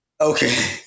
Okay